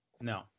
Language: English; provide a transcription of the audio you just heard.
no